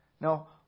Now